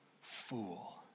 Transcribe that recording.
fool